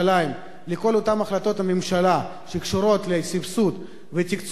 לכל אותן החלטות הממשלה שקשורות לסבסוד ותקצוב,